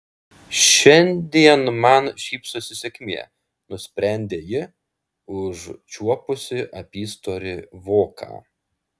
šiandien man šypsosi sėkmė nusprendė ji užčiuopusi apystorį voką